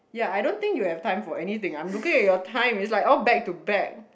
ya I don't think you have time for anything I'm looking at your time it's like all back to back